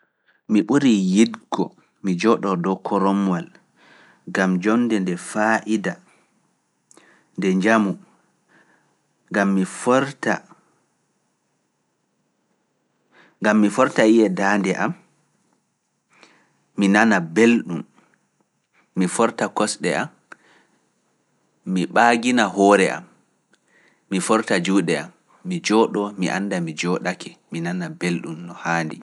Mi ɓurii yiɗgo, mi jooɗoo dow koromwal, gam joonde nde faa'ida, nde njamu, gam mi forta yi'e daande am, mi nana belɗum, mi forta kosɗe am, mi ɓaagina hoore am, mi forta juuɗe am, mi jooɗoo, mi annda, mi jooɗake, mi nana belɗum no haandi.